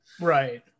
right